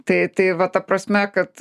tai tai va ta prasme kad